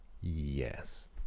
Yes